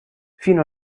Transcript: fino